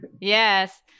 Yes